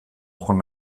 joan